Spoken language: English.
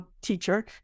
teacher